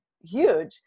huge